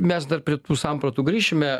mes dar prie tų sampratų grįšime